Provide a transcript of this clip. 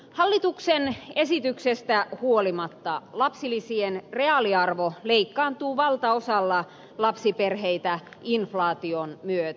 hallituksen esityksestä huolimatta lapsilisien reaaliarvo leikkaantuu valtaosalla lapsiperheitä inflaation myötä